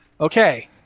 Okay